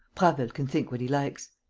prasville can think what he likes.